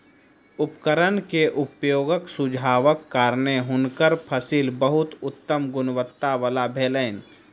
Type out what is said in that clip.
उपकरण के उपयोगक सुझावक कारणेँ हुनकर फसिल बहुत उत्तम गुणवत्ता वला भेलैन